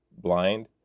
blind